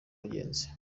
wagenze